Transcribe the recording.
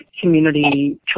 community